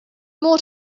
more